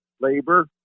labor